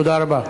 תודה רבה.